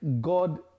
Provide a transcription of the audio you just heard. God